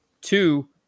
two